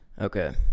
Okay